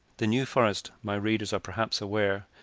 the new forest, my readers are perhaps aware,